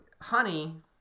honey